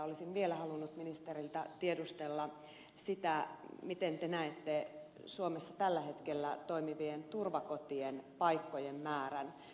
olisin vielä halunnut ministeriltä tiedustella sitä miten te näette suomessa tällä hetkellä toimivien turvakotien paikkojen määrän